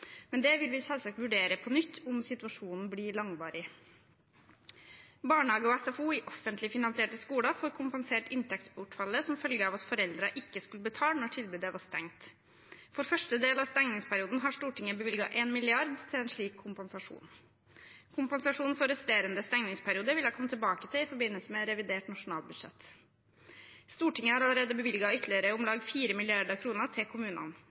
men det vil vi selvsagt vurdere på nytt om situasjonen blir langvarig. Barnehager og SFO i offentlig finansierte skoler får kompensert inntektsbortfallet som følge av at foreldrene ikke skulle betale når tilbudet var stengt. For første del av stengingsperioden har Stortinget bevilget 1 mrd. kr til en slik kompensasjon. Kompensasjon for resterende stengingsperiode vil jeg komme tilbake til i forbindelse med revidert nasjonalbudsjett. Stortinget har allerede bevilget ytterligere om lag 4 mrd. kr til kommunene.